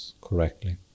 correctly